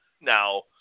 now